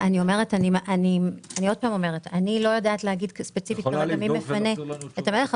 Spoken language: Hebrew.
אני לא יודעת להגיד ספציפית מי מפנה את המלח,